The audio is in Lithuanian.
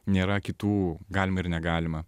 nėra kitų galima ir negalima